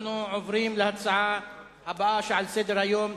אנחנו עוברים להצעה הבאה שעל סדר-היום: